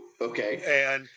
Okay